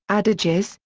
adages,